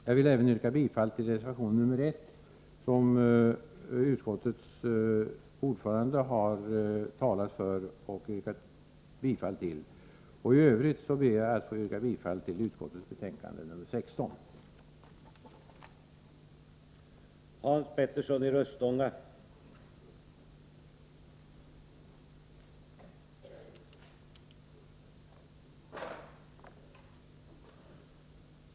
Jag vill yrka bifall även till reservation.nr 1, som.utskottets ordförande har talat för, och yrkat bifall till. I övrigt yrkar jag-bifall till utskottets hemställan betänkandet nr 16,3, ; acd